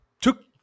took